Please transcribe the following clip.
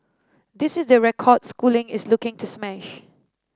this is the record schooling is looking to smash